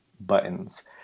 buttons